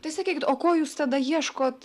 tai sakykit o ko jūs tada ieškot